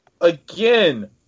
Again